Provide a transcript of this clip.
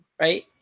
Right